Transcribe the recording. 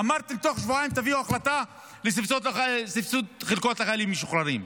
אמרתם שתוך שבועיים תביאו החלטה לסבסוד חלקות לחיילים משוחררים.